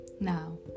Now